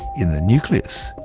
in the nucleus.